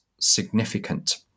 significant